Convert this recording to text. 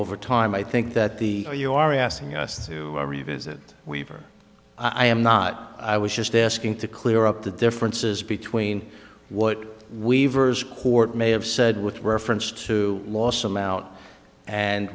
over time i think that the you are asking us to revisit weaver i am not i was just asking to clear up the differences between what we've heard court may have said with reference to last him out and